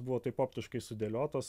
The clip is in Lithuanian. buvo taip optiškai sudėliotos